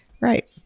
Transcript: Right